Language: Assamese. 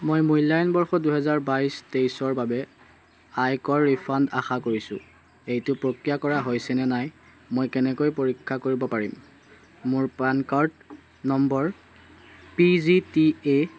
মই মূল্যায়ন বৰ্ষ দুহেজাৰ বাইছ তেইছৰ বাবে আয়কৰ ৰিফাণ্ড আশা কৰিছোঁ এইটো প্ৰক্ৰিয়া কৰা হৈছেনে নাই মই কেনেকৈ পৰীক্ষা কৰিব পাৰিম মোৰ PAN card number P G T এ